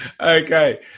Okay